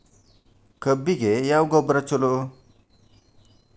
ಕಬ್ಬಿಗ ಯಾವ ಗೊಬ್ಬರ ಛಲೋ?